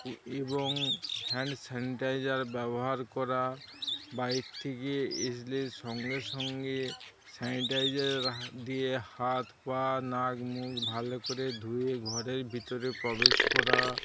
এবং hand sanitiser ব্যবহার করা বাহির থেকে আসলে সঙ্গে সঙ্গে স্যানিটাইজার দিয়ে হাত পা নাক মুখ ভালো করে ধুয়ে ঘরের ভিতরে প্রবেশ করা